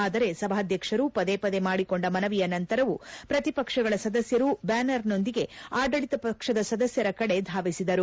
ಆದರೆ ಸಭಾಧ್ಯಕ್ಷರು ಪದೇಪದೇ ಮಾಡಿಕೊಂಡ ಮನವಿಯ ನಂತರವೂ ಪ್ರತಿಪಕ್ಷಗಳ ಸದಸ್ಕರು ಬ್ಯಾನರ್ನೊಂದಿಗೆ ಆಡಳಿತ ಪಕ್ಷದ ಸದಸ್ಕರ ಕಡೆ ಧಾವಿಸಿದರು